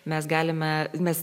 mes galime mes